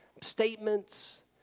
statements